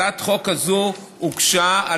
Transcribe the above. הצעת החוק הזאת הוגשה,